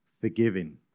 forgiving